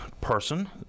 person